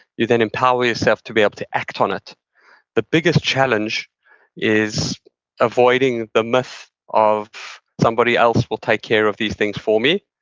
you then empower yourself to be able to act on it the biggest challenge is avoiding the myth of, somebody else will take care of these things for me.